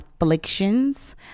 afflictions